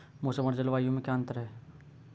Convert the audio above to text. मौसम और जलवायु में क्या अंतर?